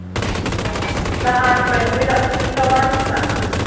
ꯅꯍꯥꯟ ꯀꯩꯅꯣꯒꯤꯗ ꯅꯤꯡꯊꯧꯀꯥ ꯅꯨꯃꯤꯠꯇ